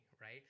right